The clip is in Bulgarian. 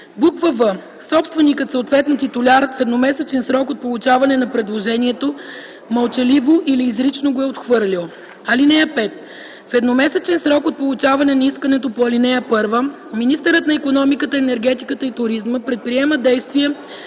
нужди; в) собственикът, съответно титулярът, в едномесечен срок от получаване на предложението мълчаливо или изрично го е отхвърлил. (5) В едномесечен срок от получаване на искането по ал. 1 министърът на икономиката, енергетиката и туризма предприема действия